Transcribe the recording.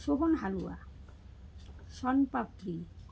Sohan halwa sonpapdi